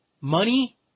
money